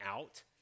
out